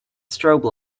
strobe